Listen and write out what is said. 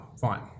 fine